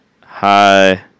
Hi